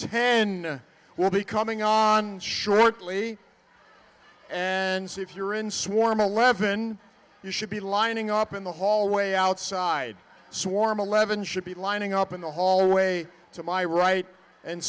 ten will be coming on shortly and see if you're in swarm eleven you should be lining up in the hallway outside swarm eleven should be lining up in the hallway to my right and